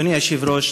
אדוני היושב-ראש,